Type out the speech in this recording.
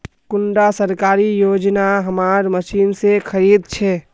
कुंडा सरकारी योजना हमार मशीन से खरीद छै?